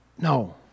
No